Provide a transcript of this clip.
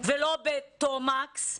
ולא בתומקס,